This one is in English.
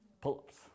pull-ups